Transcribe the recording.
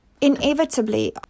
inevitably